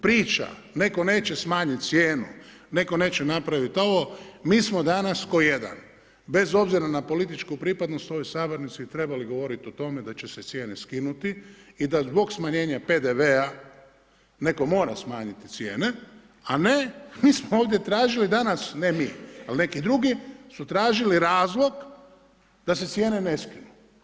Priča netko neće smanjit cijenu, netko neće napravit ovo, mi smo danas kao jedan, bez obzira na političku pripadnost u ovoj sabornici trebali govorit o tome da će se cijene skinuti i da zbog smanjenja PDV-a netko mora smanjiti cijene, a ne mi smo ovdje tražili danas, ne mi, ali neki drugi su tražili razlog da se cijene ne skinu.